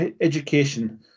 education